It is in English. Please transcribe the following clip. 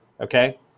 Okay